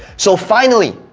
so finally,